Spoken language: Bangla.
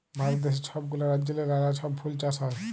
ভারত দ্যাশে ছব গুলা রাজ্যেল্লে লালা ছব ফুল চাষ হ্যয়